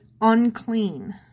unclean